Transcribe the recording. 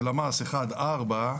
בלמ"ס 1-4,